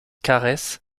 caresse